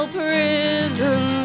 prison